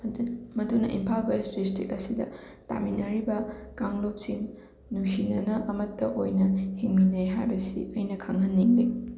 ꯃꯗꯨꯅ Imphal west district ꯑꯁꯤꯗ ꯇꯥꯃꯤꯟꯅꯔꯤꯕ ꯀꯥꯡꯂꯨꯞꯁꯤꯡ ꯅꯨꯡꯁꯤꯅꯅ ꯑꯃꯠꯇ ꯑꯣꯏꯅ ꯍꯤꯡꯃꯤꯟꯅꯩ ꯍꯥꯏꯕꯁꯤ ꯑꯩꯅ ꯈꯪꯍꯟꯅꯤꯡꯉꯤ